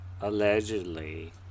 allegedly